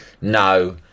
no